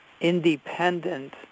independent